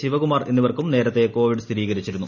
ശിവകുമാർ എന്നിവർക്കും നേരത്തെ കോവിഡ് സ്ഥിരീകരിച്ചിരുന്നു